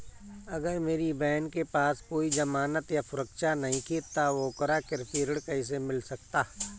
अगर मेरी बहन के पास कोई जमानत या सुरक्षा नईखे त ओकरा कृषि ऋण कईसे मिल सकता?